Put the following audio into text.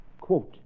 Quote